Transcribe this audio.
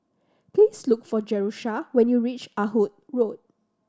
please look for Jerusha when you reach Ah Hood Road